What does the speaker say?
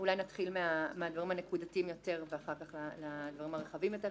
אולי נתחיל מהדברים הנקודתיים יותר ואחר כך בדברים הרחבים.